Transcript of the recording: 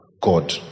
God